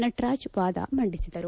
ನಟರಾಜ್ ವಾದ ಮಂಡಿಸಿದರು